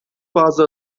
bazı